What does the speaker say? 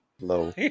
low